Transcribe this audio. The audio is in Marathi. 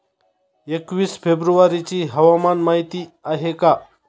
एकवीस फेब्रुवारीची हवामान माहिती आहे का?